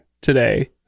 today